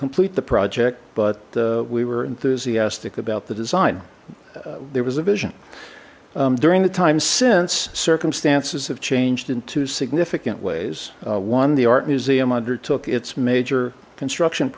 complete the project but we were enthusiastic about the design there was a vision during the time since circumstances have changed in two significant ways one the art museum undertook its major construction